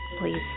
Please